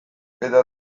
eta